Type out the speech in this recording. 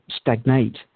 stagnate